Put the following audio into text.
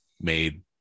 made